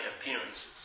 appearances